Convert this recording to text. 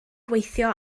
gweithio